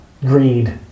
greed